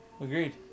Agreed